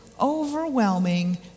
overwhelming